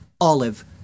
olive